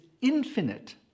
infinite